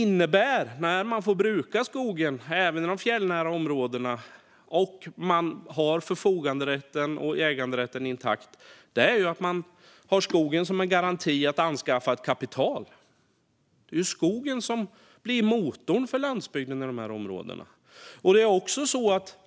När man får bruka skogen även i de fjällnära områdena och man har förfoganderätten och äganderätten intakt innebär detta att man har skogen som en garanti för att anskaffa ett kapital. Det är skogen som är motorn för landsbygden i dessa områden.